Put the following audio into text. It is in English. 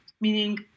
meaning